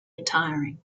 retiring